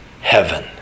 heaven